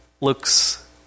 looks